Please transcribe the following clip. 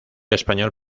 español